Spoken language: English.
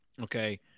Okay